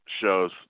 shows